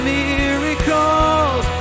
miracles